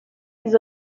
ریز